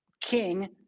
king